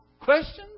Questions